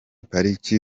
pariki